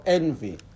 envy